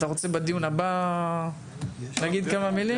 אתה רוצה בדיון הבא להגיד כמה מילים?